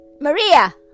Maria